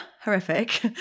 horrific